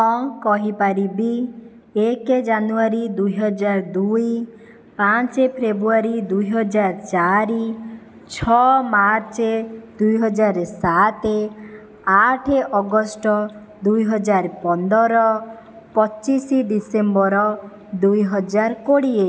ହଁ କହିପାରିବି ଏକ ଜାନୁୟାରୀ ଦୁଇହଜାର ଦୁଇ ପାଞ୍ଚ ଫେବୃୟାରୀ ଦୁଇହଜାର ଚାରି ଛଅ ମାର୍ଚ୍ଚ ଦୁଇହଜାର ସାତ ଆଠ ଅଗଷ୍ଟ ଦୁଇହଜାର ପନ୍ଦର ପଚିଶ ଡିସେମ୍ବର ଦୁଇହଜାର କୋଡ଼ିଏ